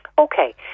Okay